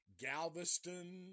Galveston